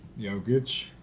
Jokic